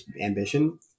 ambition